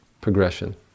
progression